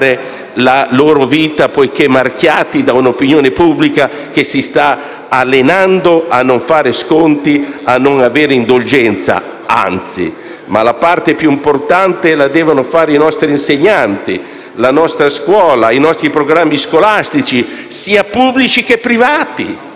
la loro vita poiché marchiati da un'opinione pubblica che si sta allenando a non fare sconti a non avere indulgenza, anzi. Ma la parte più importante la devono fare i nostri insegnanti, la nostra scuola, i nostri programmi scolastici, sia pubblici che privati,